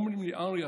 ואומרים לי: אריה,